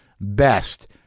Best